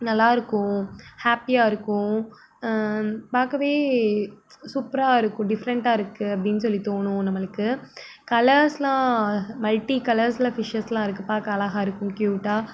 நல்லாயிருக்கும் ஹாப்பியாக இருக்கும் பார்க்கவே சூப்பராக இருக்கும் டிஃப்ரெண்ட்டாக இருக்குது அப்படின்னு சொல்லி தோணும் நம்மளுக்கு கலர்ஸ்லாம் மல்ட்டி கலர்ஸ்ல ஃபிஷ்ஷஸ்லாம் இருக்குது பார்க்க அழகா இருக்கும் கியூட்டாக